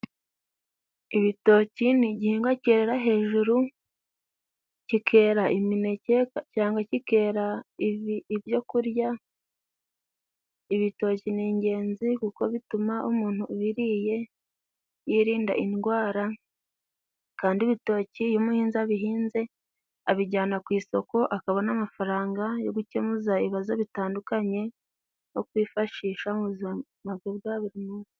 Ibitoki ni igihingwa cyerera hejuru, kikera imineke cyangwa kikera ibyo kurya, ibitoki ni ingenzi kuko bituma umuntu ubiririye yirinda indwara, kandi ibitoki iyo umuhinzi ubihinze abijyana ku isoko akabona amafaranga yo gukemuza ibibazo bitandukanye, no kwifashisha mu buzima bwe bwa buri munsi.